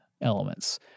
elements